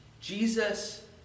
Jesus